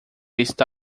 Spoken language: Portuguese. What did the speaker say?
está